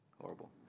Horrible